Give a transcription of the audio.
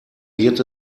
wird